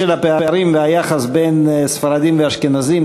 בשל הפערים והיחס בין ספרדים ואשכנזים,